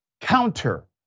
counter